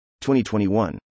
2021